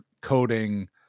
coding